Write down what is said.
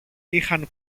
είχαν